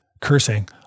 Cursing